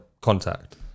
contact